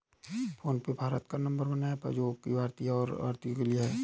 phone पे भारत का number one app है जो की भारतीय है और भारतीयों के लिए है